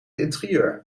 interieur